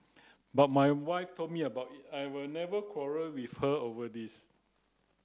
but my wife told me about it I've never quarrelled with her over this